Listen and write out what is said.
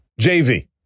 jv